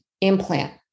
implant